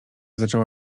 zaczęła